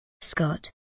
Scott